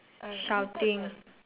shouting